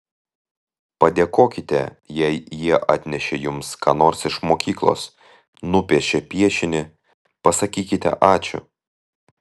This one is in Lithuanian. padėkokite jei jie atnešė jums ką nors iš mokyklos nupiešė piešinį pasakykite ačiū